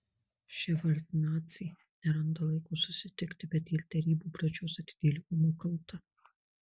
ševardnadzė neranda laiko susitikti bet dėl derybų pradžios atidėliojimo kalta